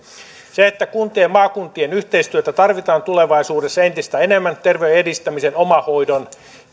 kuntien ja maakuntien yhteistyötä tarvitaan tulevaisuudessa entistä enemmän terveyden edistämiseen ja omahoidon